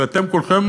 ואתם כולכם,